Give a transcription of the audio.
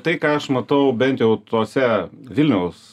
tai ką aš matau bent jau tose vilniaus